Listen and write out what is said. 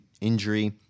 injury